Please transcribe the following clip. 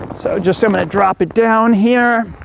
so just i'm gonna drop it down here,